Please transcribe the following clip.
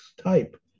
type